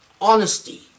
honesty